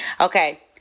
okay